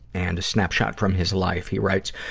and a snapshot from his life, he writes,